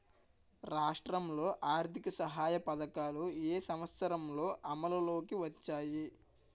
రాష్ట్రంలో ఆర్థిక సహాయ పథకాలు ఏ సంవత్సరంలో అమల్లోకి వచ్చాయి?